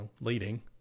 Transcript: leading